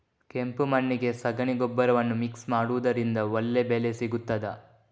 ಕೆಂಪು ಮಣ್ಣಿಗೆ ಸಗಣಿ ಗೊಬ್ಬರವನ್ನು ಮಿಕ್ಸ್ ಮಾಡುವುದರಿಂದ ಒಳ್ಳೆ ಬೆಳೆ ಸಿಗುತ್ತದಾ?